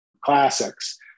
classics